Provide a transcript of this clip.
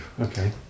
Okay